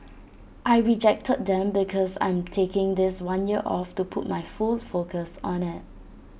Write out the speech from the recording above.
I rejected them because I'm taking this one year off to put my full focus on IT